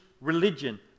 religion